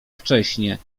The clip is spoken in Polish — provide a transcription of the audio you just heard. wcześnie